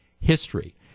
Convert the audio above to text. History